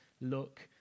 look